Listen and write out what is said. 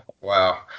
wow